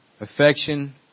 affection